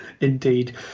Indeed